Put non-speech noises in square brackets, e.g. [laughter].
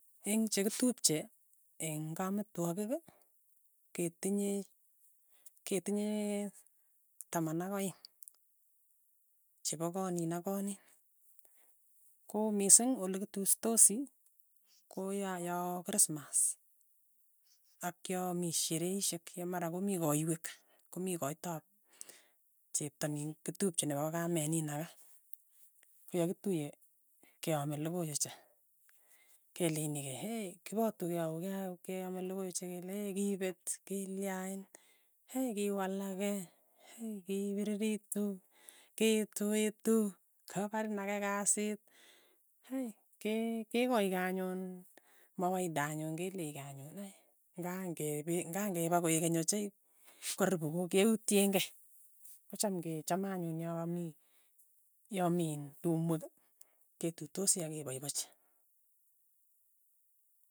Eng' chekitupche eng' kametwokik, ketinye ketinyee taman ak aeng', chepo konin ak konin, ko mising olekituisoti ko ya ya krismas, ak ya mii shereishek, ye mara komii kaiwek. ko mii koitop chepto nin kitupche nepa kameenin ake, ko yakituiye keame lokoi ochei, keleini kei, hee, kipatu kei auya ke- keame lokoi cheke lee hee kipet, kilyain,, hei, kiwalake, hei kipiriritu, kituitu, koparin ake kasit he ke- kekoikei anyun mawaida anyun keleikei anyun ai, ng'a ng'e [hesitation] pe, ng'a ng'e pa koeek keny ochei karipu ku keutyen kei, kocham ng'echame anyun yo- mii- yo mii in tumwek ketuitosi akepaipachi.